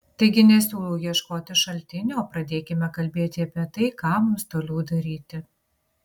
taigi nesiūlau ieškoti šaltinio o pradėkime kalbėti apie tai ką mums toliau daryti